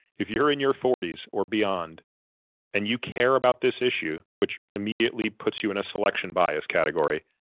if you're in your forty s or beyond and you care about this issue, which immediately puts you in a selection bias category,